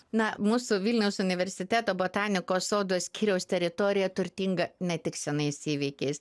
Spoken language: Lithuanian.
na mūsų vilniaus universiteto botanikos sodo skyriaus teritorija turtinga ne tik senais įvykiais